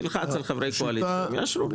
ילחץ על חברי קואליציה ויאשרו.